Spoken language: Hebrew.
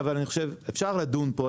אפשר לדון פה,